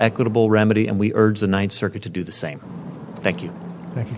equitable remedy and we urge the ninth circuit to do the same thank you thank you